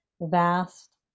vast